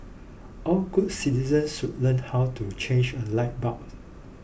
all good citizens should learn how to change a light bulb